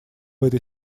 этой